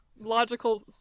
logical